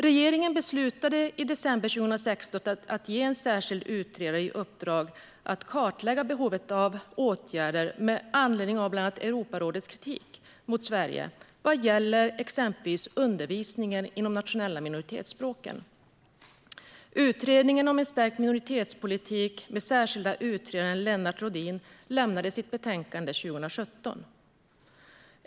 Regeringen beslutade i december 2016 att ge en särskild utredare i uppdrag att kartlägga behovet av åtgärder med anledning av bland annat Europarådets kritik mot Sverige vad gäller exempelvis undervisningen i de nationella minoritetsspråken. Utredningen om en stärkt minoritetspolitik, med särskilde utredaren Lennart Rohdin, lämnade sitt betänkande 2017.